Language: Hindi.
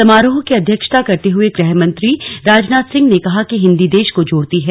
समारोह की अध्यक्षता करते हुए गृहमंत्री राजनाथ सिंह ने कहा कि हिन्दी देश को जोड़ती है